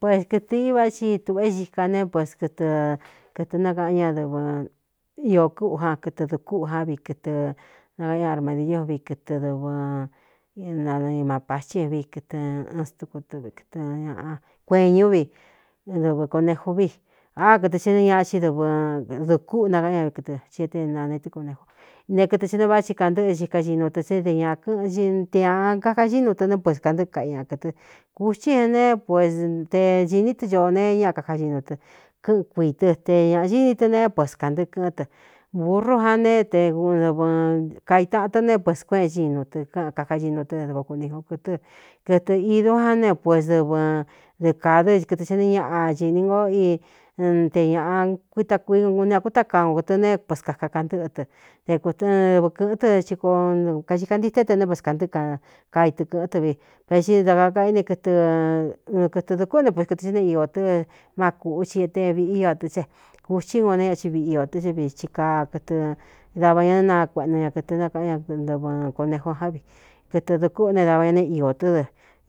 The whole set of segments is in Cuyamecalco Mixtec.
Puēs kɨ̄tɨ̄ i váꞌá ci tuꞌa é xika ne pues kɨtɨ kɨtɨ nákaꞌán ñadɨvɨ iō kúꞌu jan kɨtɨ dukúꞌu á vi kɨtɨ nakaꞌan ñá armadiíovi kɨtɨ dɨvɨnanɨimapati vi kɨtɨ n stkuɨvkɨɨ ñāꞌa kueen ñú vi dɨvɨ koneju vi á kɨtɨ xenɨ ñaꞌa i dɨvɨ dukúꞌu nakaꞌán ña vi kɨɨ ti éte nane tɨkonejo ne kɨtɨ chene váꞌa xhi kantɨꞌɨ xika xinu tɨ sé de ñākɨꞌɨn te ñāa kakaxí nu tɨ nɨ pues kāntɨꞌɨ kaꞌi ña kɨ̄tɨ kūtí e ne pus te cīní tɨ coo nee ña kakaxinu tɨ kɨꞌɨn kuitɨ te ñāꞌañini tɨ neé pueskāntɨꞌɨ kɨ̄ꞌɨ́n tɨ buru jan nee teɨvɨ kaitaꞌan tɨ ne pues kueꞌen xinu tɨ kɨꞌan kakañinu tɨ́ dɨko kuni un kɨtɨ kɨtɨ̄ īdú ján ne pues dɨvɨ dɨɨ kādó i kɨtɨ xɨ nɨ ñaꞌa chīni ngo ite ñāꞌa kuíta kui uni akútákaa o ktɨ nēé poskakakantɨ́ꞌɨ tɨ te kɨdɨvɨ kɨ̄ꞌɨ́n tɨ dɨ kaxikantité é te né pes kāntɨ́ꞌɨ kkaitɨ kɨ̄ꞌɨn tɨ vi ve di dā kakaꞌ ine kɨtɨ dukúꞌu né puis kɨtɨ xɨ ne iō tɨ́ má kū ci é te vīꞌi ío tɨ sé kūutí un neéñaai viꞌi iō tɨ́ e vi i kakɨtɨ dava ña né naakueꞌenu ña kɨ̄tɨ nákaꞌán ñandɨvɨ konejo já vi kɨtɨ dukúꞌu ne dava ña neé iō tɨ́ dɨ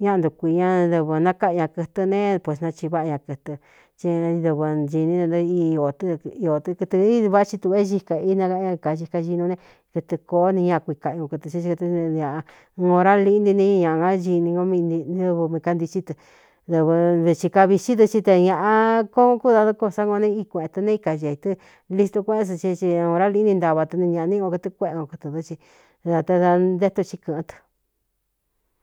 ñáꞌa ntukui ñadɨvɨ̄ nakáꞌan ña kɨtɨ nee pus nachiváꞌa ña kɨtɨ édɨvɨ nchīní ne nɨ íiō tɨ́ dɨ iō tɨ kɨtɨ váꞌaá ti tuꞌva é xíka inakaꞌan ña kaxikaxinu ne kɨtɨ kōó ni ñaa kui kaꞌ uo kɨtɨ é i kɨɨ iāꞌa ōrá liꞌi ntini ñaáini no nɨv mi kanticí tɨ dɨvɨdɨ cī kavixí dɨ ti te ñāꞌa koo kúdadó́ ko sá un o neé í kueꞌen tɨ ne í ka xēi tɨ́ listu kuéꞌén san sí é si ōrá liꞌí ni ntava tɨnɨ ñaꞌa ní u kɨtɨ kuéꞌe nko kɨtɨ̄ ntɨ́ ci dā ta da nté tu xhí kɨ̄ꞌɨ́n tɨ.